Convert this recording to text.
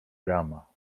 brama